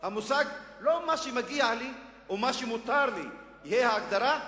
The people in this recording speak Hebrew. המושג, לא מה שמגיע לי או מה שמותר תהיה ההגדרה,